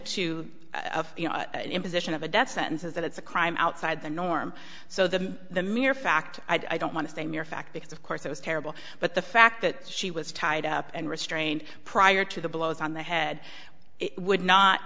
to imposition of a death sentence is that it's a crime outside the norm so the the mere fact i don't want to say mere fact because of course it was terrible but the fact that she was tied up and restrained prior to the blows on the head would not